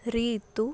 Ritu